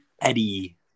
Eddie